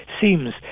seems